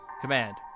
command